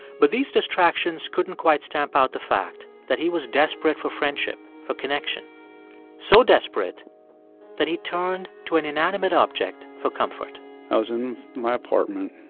but these distractions couldn't quite stamp out the fact that he was desperate for friendship, for connection so desperate that he turned to an inanimate object for comfort i was in my apartment.